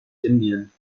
indien